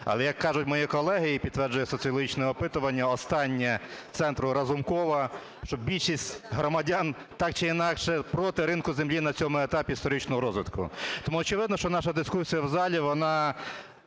Але, як кажуть мої колеги і підтверджує соціологічне опитування останнє Центру Разумкова, що більшість громадян так чи інакше проти ринку землі на цьому етапі історичного розвитку. Тому, очевидно, що наша дискусія в залі, вона